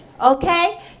okay